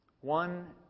One